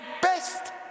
best